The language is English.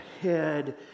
head